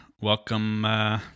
welcome